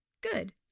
Good